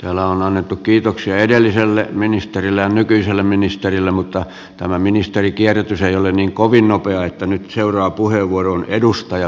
täällä on annettu kiitoksia edelliselle ministerille ja nykyiselle ministerille mutta tämä ministerikierrätys ei ole niin kovin nopeaa niin että nyt seuraava puheenvuoro on edustaja viitamiehellä